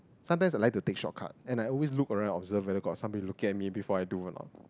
sometimes I like to take shortcut and I always look around observe whether got some people look at me before I do or not